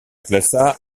classa